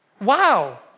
Wow